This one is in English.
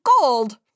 gold